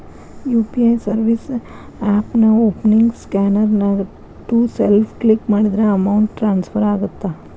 UPI service ಆಪ್ನ್ಯಾಓಪನಿಂಗ್ ಸ್ಕ್ರೇನ್ನ್ಯಾಗ to self click ಮಾಡಿದ್ರ ಅಮೌಂಟ್ ಟ್ರಾನ್ಸ್ಫರ್ ಆಗತ್ತ